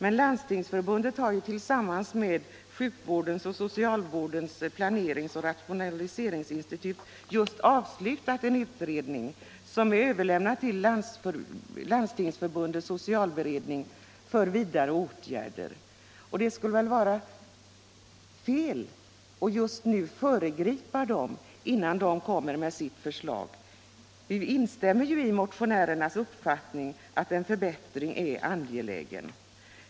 Men Landstingsförbundet har tillsammans med Sjukvårdens och socialvårdens planerings och rationaliseringsinstitut just avslutat en utredning som överlämnats till Landstingsförbundets socialberedning för vidare åtgärder. Det skulle vara fel att föregripa beredningens förslag. Vi instämmer ju i motionärernas uppfattning att en förbättring är angelägen.